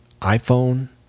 iPhone